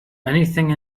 anything